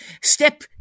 Step